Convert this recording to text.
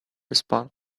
respond